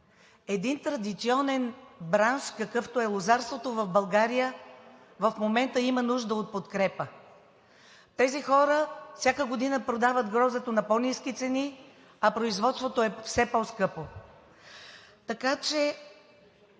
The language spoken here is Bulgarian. Един традиционен бранш, какъвто е лозарството в България, в момента има нужда от подкрепа. Тези хора всяка година продават гроздето на по-ниски цени, а производството е все по-скъпо. Така че